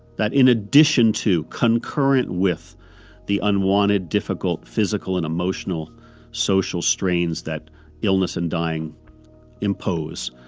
that in addition to, concurrent with the unwanted difficult physical and emotional social strains that illness and dying impose,